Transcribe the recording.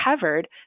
covered